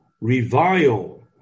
revile